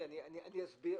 אני אסביר.